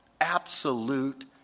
Absolute